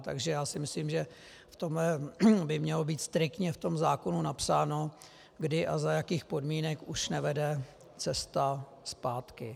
Takže já si myslím, že v tomto by mělo být striktně v tom zákonu napsáno, kdy a za jakých podmínek už nevede cesta zpátky.